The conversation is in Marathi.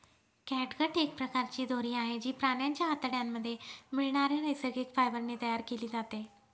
कॅटगट एक प्रकारची दोरी आहे, जी प्राण्यांच्या आतड्यांमध्ये मिळणाऱ्या नैसर्गिक फायबर ने तयार केली जाते